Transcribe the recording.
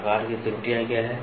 आकार की त्रुटियां क्या हैं